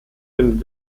den